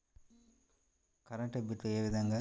Current bill ఏ విధంగా తగ్గించుకోగలము?